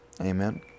Amen